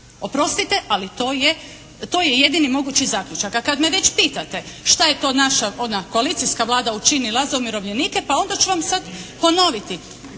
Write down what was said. Oprostite, ali to je jedini mogući zaključak. A kad me već pitate šta je to naša koalicijska Vlada učinila za umirovljenike pa onda ću vam sad ponoviti.